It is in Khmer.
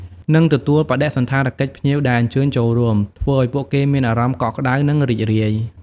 និងទទួលបដិសណ្ឋារកិច្ចភ្ញៀវដែលអញ្ជើញចូលរួម ធ្វើឲ្យពួកគេមានអារម្មណ៍កក់ក្តៅ និងរីករាយ។